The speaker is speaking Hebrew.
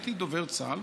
הייתי דובר צה"ל.